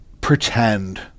pretend